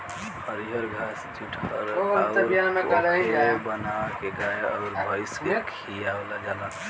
हरिअर घास जुठहर अउर पखेव बाना के गाय अउर भइस के खियावल जाला